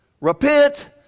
repent